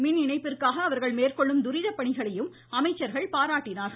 மின்இணைப்பிற்காக அவர்கள் மேற்கொள்ளும் துரித பணிகளையும் அமைச்சர்கள் பாராட்டினார்கள்